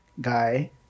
Guy